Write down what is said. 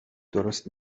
درست